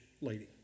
lady